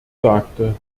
sagte